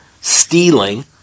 stealing